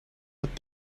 but